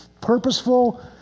purposeful